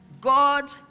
God